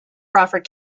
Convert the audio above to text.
crawford